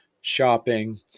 shopping